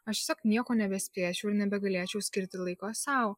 aš tiesiog nieko nebespėčiau ir nebegalėčiau skirti laiko sau